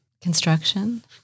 Construction